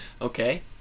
Okay